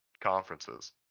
conferences